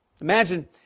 Imagine